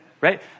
right